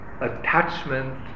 attachment